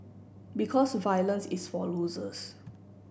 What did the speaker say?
because violence is for losers